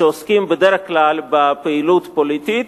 שעוסקות בדרך כלל בפעילות פוליטית.